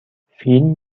فیلم